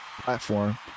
Platform